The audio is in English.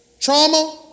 trauma